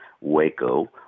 Waco